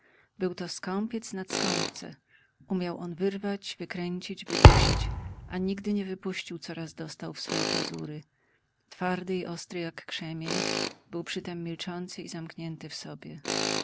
był to skąpiec nad skąpce umiał on wyrwać wykręcić wydusić a nigdy nie wypuścił co raz dostał w swoje pazury twardy i ostry jak krzemień był przytem milczący i zamknięty w sobie